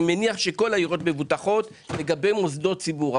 אני מניח שכל העיריות מבטחות מוסדות ציבור.